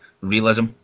realism